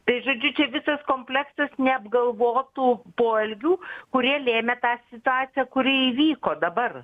tai žodžiu čia visas kompleksas neapgalvotų poelgių kurie lėmė tą situaciją kuri įvyko dabar